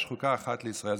יש חוקה אחת לישראל.